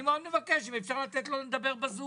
אני מאוד מבקש אם אפשר לתת לו לדבר בזום.